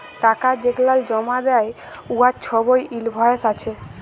টাকা যেগলাল জমা দ্যায় উয়ার ছবই ইলভয়েস আছে